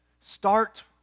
Start